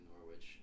Norwich